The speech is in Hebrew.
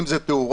אם זו תאורה,